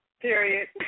Period